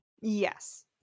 Yes